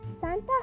Santa